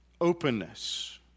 openness